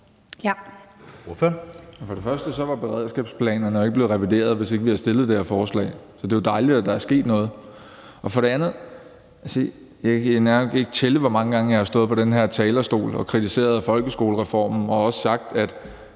For det første var beredskabsplanerne jo ikke blevet revideret, hvis ikke vi havde fremsat det her forslag. Så det er jo dejligt, at der er sket noget. For det andet vil jeg sige, at jeg nærmest ikke kan tælle, hvor mange gange jeg har stået på den her talerstol og kritiseret folkeskolereformen og også sagt, at